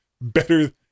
better